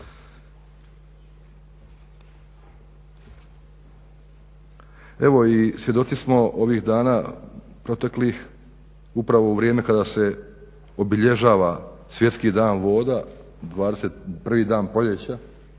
Evo i svjedoci smo ovih dana proteklih upravo u vrijeme kada se obilježava svjetski dan voda, 21. dan proljeća,